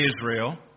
Israel